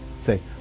say